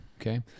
Okay